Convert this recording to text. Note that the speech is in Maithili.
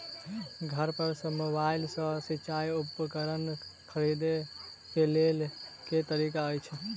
घर पर सऽ मोबाइल सऽ सिचाई उपकरण खरीदे केँ लेल केँ तरीका छैय?